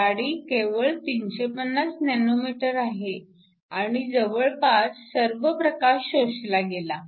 जाडी केवळ 350 nm आहे आणि जवळपास सर्व प्रकाश शोषला गेला